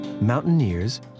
Mountaineers